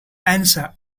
answer